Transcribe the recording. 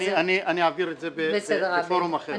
אני אעביר את זה בפורום אחר.